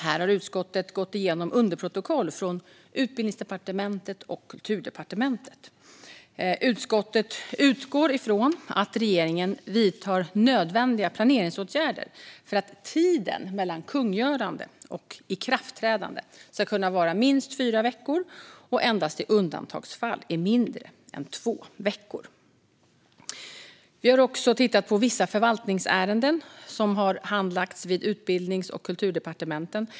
Här har utskottet gått igenom underprotokoll från Utbildningsdepartementet och Kulturdepartementet. Utskottet utgår ifrån att regeringen vidtar nödvändiga planeringsåtgärder för att tiden mellan kungörande och ikraftträdande ska kunna vara minst fyra veckor och endast i undantagsfall vara mindre än två veckor. Vi har också tittat på vissa förvaltningsärenden som har handlagts vid Utbildnings och Kulturdepartementen.